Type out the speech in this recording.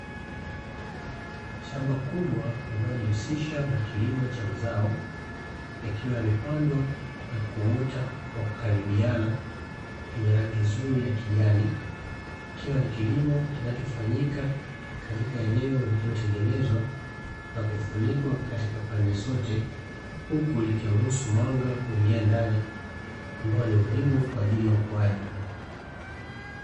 Shamba kubwa linalojihusisha na kilimo cha mazao yakiwa yamepandwa na kuota kwa kukaribiana yenye rangi nzuri ya kijani, ikiwa ni kilimo kinachofanyika katika eneo lililotengenezwa na kufunikwa katika pande zote huku likiruhusu mwanga kuingia ndani ambao ni muhimu kwa ajili ya ukuaji.